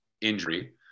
injury